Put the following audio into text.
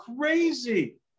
crazy